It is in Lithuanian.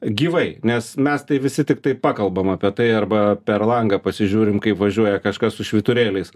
gyvai nes mes tai visi tiktai pakalbam apie tai arba per langą pasižiūrim kaip važiuoja kažkas su švyturėliais